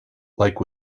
like